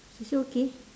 she say okay